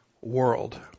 world